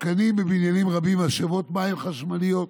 מותקנים בבניינים רבים משאבות מים חשמליות